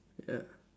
ya